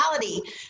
reality